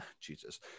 Jesus